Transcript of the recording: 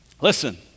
Listen